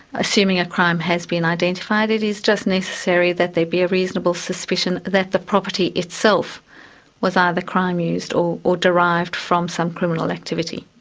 assuming a crime has been identified. it is just necessary that there be a reasonable suspicion that the property itself was either crime used or or derived from some criminal activity.